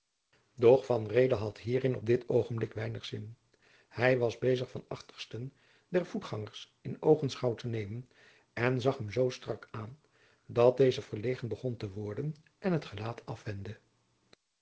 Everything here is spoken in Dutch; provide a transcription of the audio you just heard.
reede had hierin op dit oogenblik weinig zin hij was bezig den achtersten der voetgangers in oogenschouw te nemen en zag hem zoo strak aan dat deze verlegen begon te worden en het gelaat afwendde